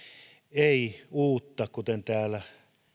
ei löytynyt uutta kuten täällä